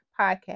Podcast